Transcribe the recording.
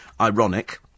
ironic